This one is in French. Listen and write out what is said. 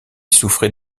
souffrait